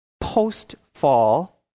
post-fall